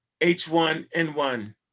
h1n1